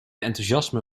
enthousiasme